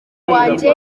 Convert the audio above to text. wanjye